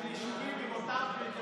על יישובים עם אותם קריטריונים,